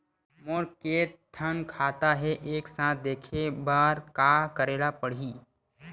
मोर के थन खाता हे एक साथ देखे बार का करेला पढ़ही?